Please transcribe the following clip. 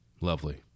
Lovely